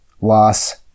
loss